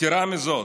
יתרה מזו,